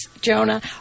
Jonah